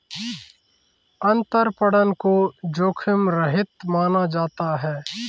अंतरपणन को जोखिम रहित माना जाता है